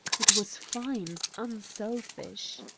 it was fine, unselfish.